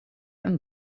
een